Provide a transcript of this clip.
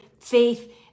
faith